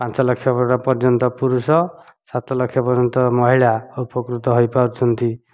ପାଞ୍ଚଲକ୍ଷ ପର୍ଯ୍ୟନ୍ତ ପୁରୁଷ ସାତଲକ୍ଷ ପର୍ଯ୍ୟନ୍ତ ମହିଳା ଉପକୃତ ହୋଇପାରୁଛନ୍ତି